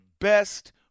best